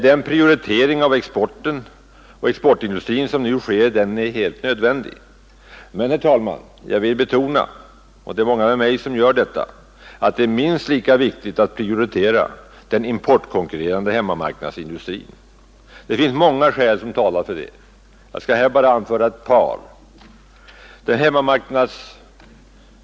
Den prioritering av exporten och exportindustrin som nu sker är helt nödvändig. Men jag vill betona — och det är många med mig som gör detta — att det är minst lika viktigt att prioritera den importkonkurrerande hemmamarknadsindustrin. Det finns många skäl som talar för det. Jag skall här bara anföra några.